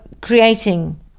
creating